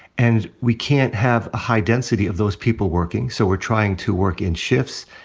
and we can't have a high density of those people working, so we're trying to work in shifts,